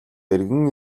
эргэн